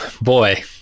Boy